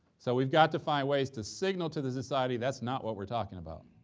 so we've got to find ways to signal to the society that's not what we're talking about.